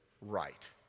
right